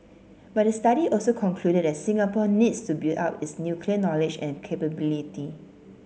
but the study also concluded that Singapore needs to build up its nuclear knowledge and capability